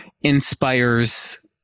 inspires